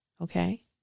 okay